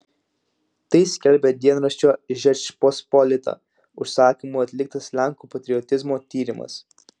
tai skelbia dienraščio žečpospolita užsakymu atliktas lenkų patriotizmo tyrimas